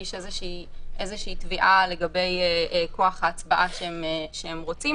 להגיש איזושהי תביעה לגבי כוח ההצבעה שהם רוצים.